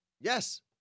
Yes